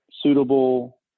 suitable